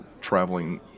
traveling